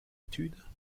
études